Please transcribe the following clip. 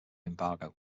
embargo